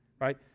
right